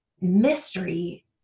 mystery